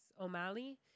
O'Malley